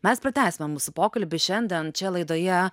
mes pratęsime mūsų pokalbį šiandien čia laidoje